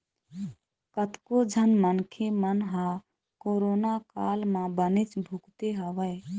कतको झन मनखे मन ह कोरोना काल म बनेच भुगते हवय